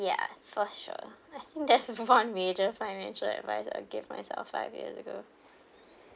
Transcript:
for sure I think there's one major financial advise I gave myself five years ago